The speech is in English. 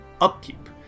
upkeep